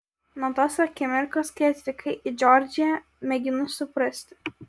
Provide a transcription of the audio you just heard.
nuo tos akimirkos kai atvykai į džordžiją mėginu suprasti